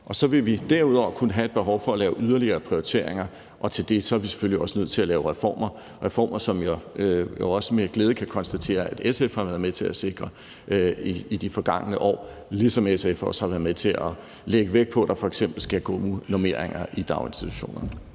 Vi vil derudover kunne have et behov for at lave yderligere prioriteringer, og til det er vi selvfølgelig også nødt til at lave reformer, som jeg også med glæde kan konstatere SF har været med til at sikre i de forgangne år, ligesom SF også har været med til at lægge vægt på, at der f.eks. skal gode normeringer i daginstitutionerne.